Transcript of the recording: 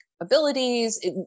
Abilities